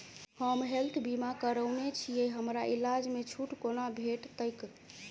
हम हेल्थ बीमा करौने छीयै हमरा इलाज मे छुट कोना भेटतैक?